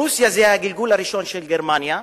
פרוסיה זה הגלגול הראשון של גרמניה,